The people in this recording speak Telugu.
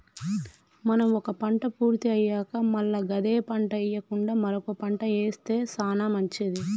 మనం ఒక పంట పూర్తి అయ్యాక మల్ల గదే పంట ఎయ్యకుండా మరొక పంట ఏస్తె సానా మంచిది